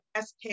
sk